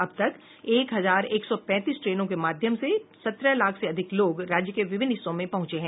अब तक एक हजार एक सौ पैंतीस ट्रेनों के माध्यम से सत्रह लाख से अधिक लोग राज्य के विभिन्न हिस्सों में पहुंचे हैं